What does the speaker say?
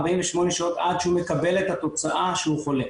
48 שעות עד שהוא מקבל את התוצאה שהוא חולה,